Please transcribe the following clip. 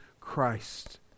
Christ